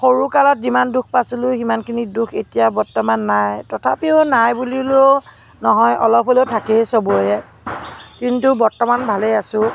সৰু কালত যিমান দুখ পাইছিলোঁ সিমানখিনি দুখ এতিয়া বৰ্তমান নাই তথাপিও নাই বুলিলেও নহয় অলপ হ'লেও থাকেই চবৰে কিন্তু বৰ্তমান ভালেই আছোঁ